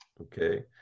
okay